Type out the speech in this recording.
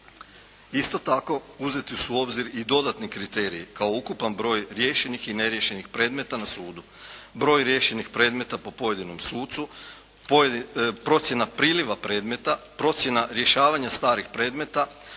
Isto tako, uzeti u obzir i dodatni kriteriji kao ukupan broj riješenih i neriješenih predmeta na sudu, broj riješenih predmeta po pojedinom sucu, procjena priliva predmeta, procjena rješavanja starih predmeta,